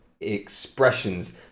expressions